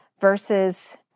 versus